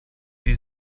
die